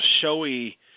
showy